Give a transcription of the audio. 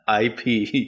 IP